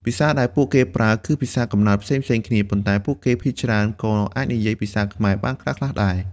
ភាសាដែលពួកគេប្រើគឺ ភាសាកំណើត ផ្សេងៗគ្នា ប៉ុន្តែពួកគេភាគច្រើនក៏អាចនិយាយភាសាខ្មែរបានខ្លះៗដែរ។